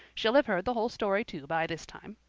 she'll have heard the whole story, too, by this time.